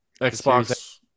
Xbox